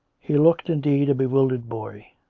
he looked, indeed, a bewildered boy,